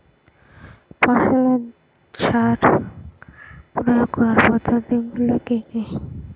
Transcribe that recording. ফসলের সার প্রয়োগ করার পদ্ধতি গুলো কি কি?